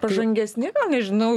pažangesni nežinau